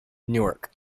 newark